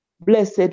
Blessed